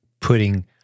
putting